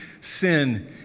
sin